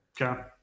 Okay